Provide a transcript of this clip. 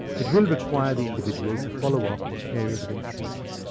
it will require the individual to follow up on areas of interest.